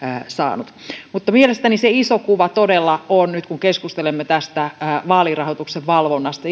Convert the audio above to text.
saanut mutta mielestäni se iso kuva todella on nyt kun keskustelemme tästä vaalirahoituksen valvonnasta